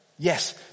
Yes